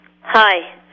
Hi